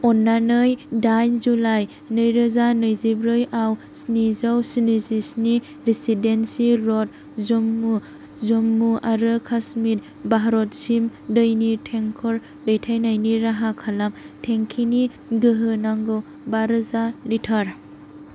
अन्नानै दाइन जुलाइ नैरोजा नैजिब्रैआव स्निजौ स्निजिस्नि रेसिडेन्सि र'ड जम्मु जम्मु आरो काश्मीर भारतसिम दैनि टेंकार दैथायनायनि राहा खालाम टेंकिनि गोहो नांगौ बा रोजा लिटार